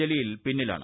ജലീൽ പിന്നിലാണ്